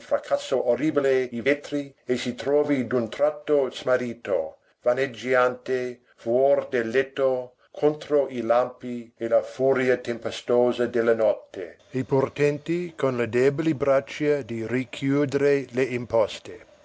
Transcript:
fracasso orribile i vetri e si trovi d'un tratto smarrito vaneggiante fuor del letto contro i lampi e la furia tempestosa della notte e pur tenti con le deboli braccia di richiudere le imposte